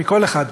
מכל אחד פה.